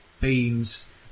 beams